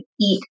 eat